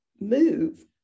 move